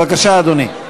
בבקשה, אדוני.